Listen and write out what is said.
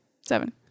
seven